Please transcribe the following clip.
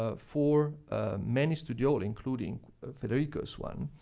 ah for many studioli, including federico's one.